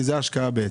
כי זה ההשקעה בעצם.